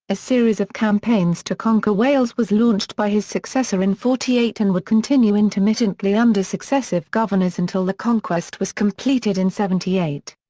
a series of campaigns to conquer wales was launched by his successor in forty eight and would continue intermittently under successive governors until the conquest was completed in seventy eight.